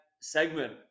segment